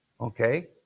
Okay